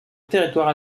territoire